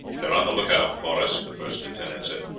they are on the lookout for us, the first lieutenant said.